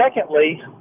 secondly